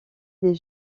des